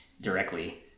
directly